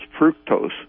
fructose